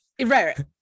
right